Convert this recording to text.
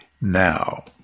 now